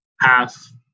half